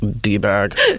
D-bag